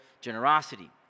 generosity